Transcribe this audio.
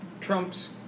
Trump's